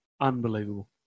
Unbelievable